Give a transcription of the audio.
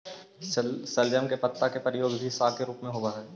शलजम के पत्ता के प्रयोग भी साग के रूप में होव हई